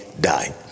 die